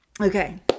Okay